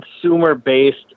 consumer-based